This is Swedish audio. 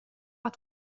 att